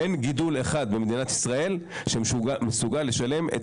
אין גידול אחד במדינת ישראל שמסוגל לשלם את